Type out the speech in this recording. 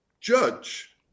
judge